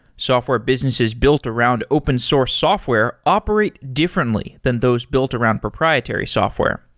software businesses built around open source software operate differently than those built around proprietary software.